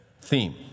theme